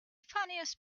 funniest